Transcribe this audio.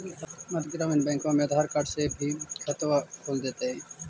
मध्य ग्रामीण बैंकवा मे आधार कार्ड से भी खतवा खोल दे है?